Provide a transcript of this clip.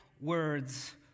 words